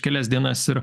kelias dienas ir